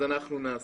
אנחנו נעשה.